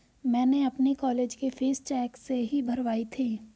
मैंने अपनी कॉलेज की फीस चेक से ही भरवाई थी